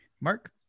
Mark